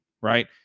right